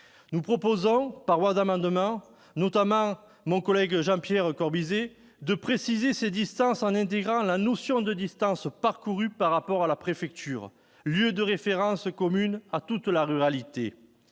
Nous proposerons, par voie d'amendement, sur l'initiative notamment de mon collègue Jean-Pierre Corbisez, de préciser ces distances en intégrant la notion de distance parcourue par rapport à la ville préfecture, lieu de référence commun à toute la ruralité.